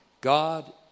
God